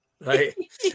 right